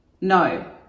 No